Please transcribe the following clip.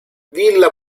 villa